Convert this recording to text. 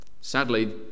Sadly